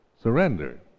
surrender